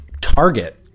Target